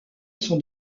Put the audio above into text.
son